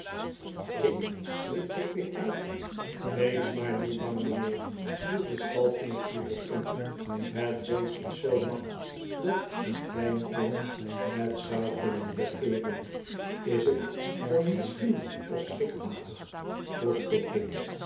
ik riep pickwick uit wees maar niet bang mijnheer viel de stalknecht hierop in het beest is zoo mak dat een klein kind het zou kunnen regeeren is het dan niet schuw of schrikachtig vroeg pickwick